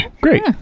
great